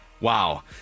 Wow